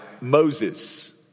Moses